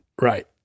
Right